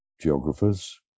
geographers